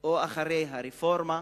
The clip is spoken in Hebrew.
או אחרי הרפורמה,